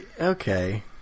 Okay